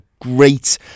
great